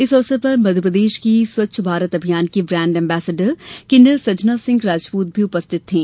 इस अवसर पर मध्यप्रदेश की स्वछ भारत अभियान की ब्रांड अम्बेसेडर किन्नर सजना सिंह राजपूत भी उपस्थित थी